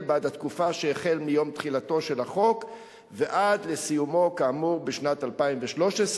בעד התקופה שמיום תחילתו של החוק ועד לסיומו כאמור בשנת 2013,